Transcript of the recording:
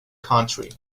country